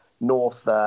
North